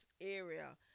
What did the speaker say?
area